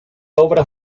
obra